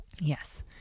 Yes